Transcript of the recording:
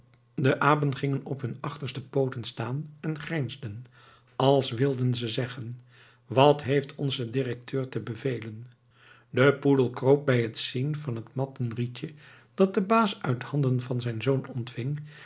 de apen gingen op hun achterste pooten staan en grijnsden als wilden ze zeggen wat heeft onze directeur te bevelen de poedel kroop bij het zien van het mattenrietje dat de baas uit handen van zijn zoon ontving